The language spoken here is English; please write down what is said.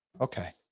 Okay